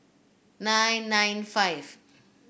nine nine five